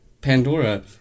Pandora